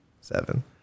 Seven